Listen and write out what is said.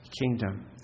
kingdom